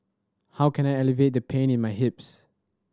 how can I alleviate the pain in my hips